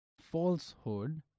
falsehood